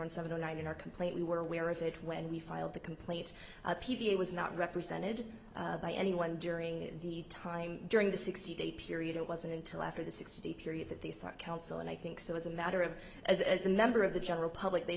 and seven zero nine in our complaint we were aware of it when we filed the complaint peavy it was not represented by anyone during the time during the sixty day period it wasn't until after the six day period that they sought counsel and i think so as a matter of as a member of the general public they